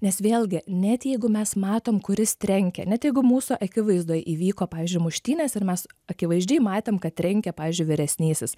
nes vėlgi net jeigu mes matom kuris trenkė ne jeigu mūsų akivaizdoj įvyko pavyzdžiui muštynės ir mes akivaizdžiai matėm kad trenkė pavyzdžiui vyresnysis